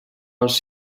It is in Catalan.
els